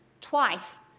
Twice